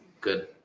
good